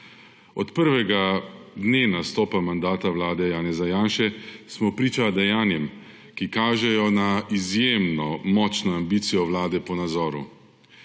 Od prvega dne nastopa mandata vlade Janeza Janše smo priča dejanjem, ki kažejo na izjemno močno ambicijo vlade po nadzoru.